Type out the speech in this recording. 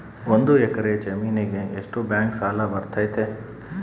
ಒಂದು ಎಕರೆ ಜಮೇನಿಗೆ ಎಷ್ಟು ಬ್ಯಾಂಕ್ ಸಾಲ ಬರ್ತೈತೆ?